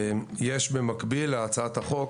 במקביל להצעת החוק